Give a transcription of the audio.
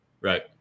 Right